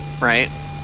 right